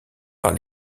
par